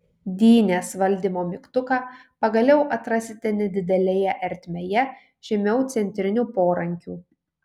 dynės valdymo mygtuką pagaliau atrasite nedidelėje ertmėje žemiau centrinių porankių